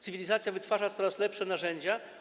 Cywilizacja wytwarza coraz lepsze narzędzia.